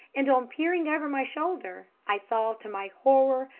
and on peering over my shoulder i saw, to my horror,